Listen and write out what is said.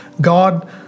God